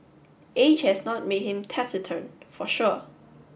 age has not made him taciturn for sure